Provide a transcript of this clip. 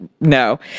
no